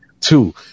Two